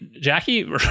jackie